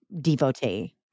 devotee